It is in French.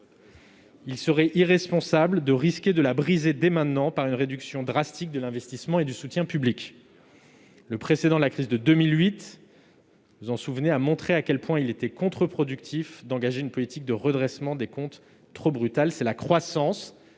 il serait irresponsable de risquer de la briser dès maintenant par une réduction drastique de l'investissement et du soutien publics. Vous vous en souvenez, le précédent de la crise de 2008 a montré combien il était contre-productif d'engager une politique de redressement des comptes trop brutale. C'est la croissance